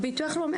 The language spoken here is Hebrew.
ביטוח לאומי,